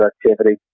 productivity